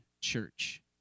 church